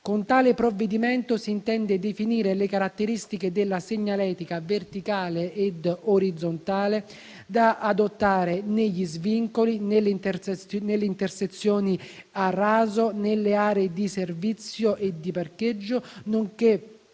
Con tale provvedimento si intendono definire le caratteristiche della segnaletica verticale ed orizzontale da adottare negli svincoli, nelle intersezioni a raso, nelle aree di servizio e di parcheggio, nonché